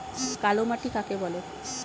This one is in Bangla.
কালো মাটি কাকে বলে?